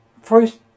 First